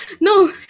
no